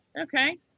Okay